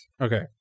Okay